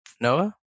Noah